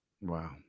Wow